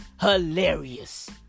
hilarious